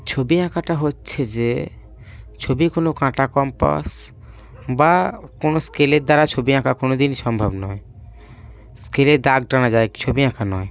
ছবি আঁকাটা হচ্ছে যে ছবি কোনো কাঁটা কম্পাস বা কোনো স্কেলের দ্বারা ছবি আঁকা কোনো দিন সম্ভব নয় স্কেলে দাগ টানা যায় ছবি আঁকা নয়